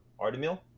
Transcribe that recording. Artemil